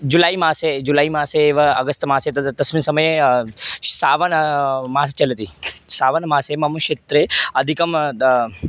जुलै मासे जुलै मासे एव अगस्त् मासे तद् तस्मिन् समये सावनमासः चलति सावनमासे मम क्षेत्रे अधिकं दा